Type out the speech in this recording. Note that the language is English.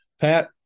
pat